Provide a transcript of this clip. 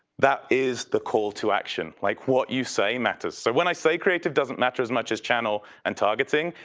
that is the call to action, like what you say matters. so when i say creative doesn't matter as much as channel, and targeting,